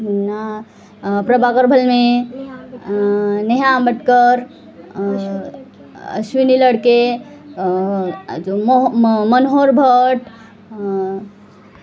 ना प्रभाकर भलमे नेहा आंबटकर अश्विनी लडके अजून मनोहर भट